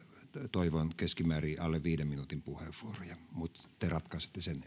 toivon keskimäärin alle viiden minuutin puheenvuoroja mutta te ratkaisette sen